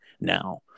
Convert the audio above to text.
now